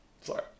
sorry